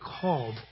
called